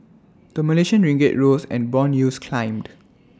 the Malaysian ringgit rose and Bond yields climbed